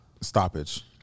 stoppage